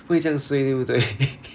不会这样 suay 对不对